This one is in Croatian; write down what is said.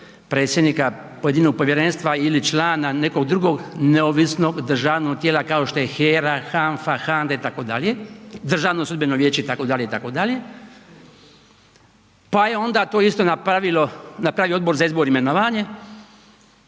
predsjednika pojedinog povjerenstva ili člana nekog drugog neovisnog državnog tijela kao što je HERA, HANFA, HANDA, Državno sudbeno vijeće itd., itd. pa je to onda isto napravio Odbor za izbor i imenovanje